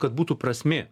kad būtų prasmė